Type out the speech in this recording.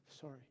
Sorry